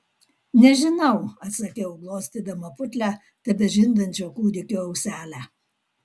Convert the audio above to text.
nežinau atsakiau glostydama putlią tebežindančio kūdikio auselę